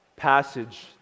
passage